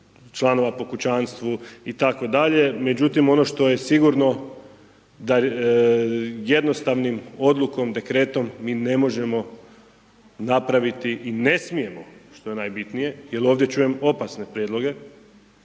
članova po kućanstvu i tako dalje. Međutim, ono što je sigurno da jednostavnom Odlukom, dekretom, mi ne možemo napraviti i ne smijemo, što je najbitnije, jer ovdje čujem opasne prijedloge